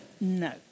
No